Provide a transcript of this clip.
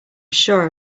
sure